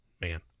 Man